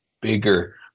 bigger